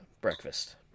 breakfast